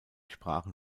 sprachen